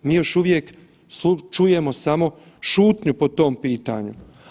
Mi još uvijek čujemo samo šutnju po tom pitanju.